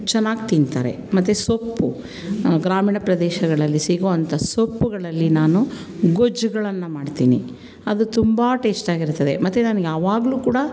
ಚೆನ್ನಾಗಿ ತಿಂತಾರೆ ಮತ್ತು ಸೊಪ್ಪು ಗ್ರಾಮೀಣ ಪ್ರದೇಶಗಳಲ್ಲಿ ಸಿಗುವಂಥ ಸೊಪ್ಪುಗಳಲ್ಲಿ ನಾನು ಗೊಜ್ಜುಗಳನ್ನು ಮಾಡ್ತೀನಿ ಅದು ತುಂಬ ಟೇಸ್ಟಾಗಿರ್ತದೆ ಮತ್ತು ನಾನು ಯಾವಾಗಲೂ ಕೂಡ